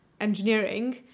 engineering